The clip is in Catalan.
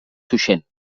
tuixén